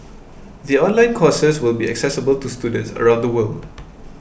the online courses will be accessible to students around the world